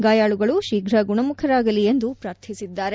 ಗಾಯಾಳುಗಳು ಶೀಘ್ರ ಗುಣಮುಖರಾಗಲಿ ಎಂದು ಪ್ರಾರ್ಥಿಸಿದ್ದಾರೆ